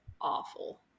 awful